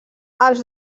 els